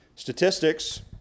Statistics